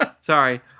Sorry